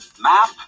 map